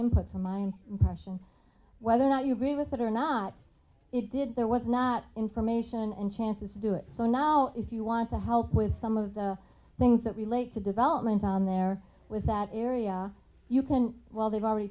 input for my question whether or not you agree with that or not it did there was not information and chances to do it so now if you want to help with some of the things that relate to development on there with that area you can well they've already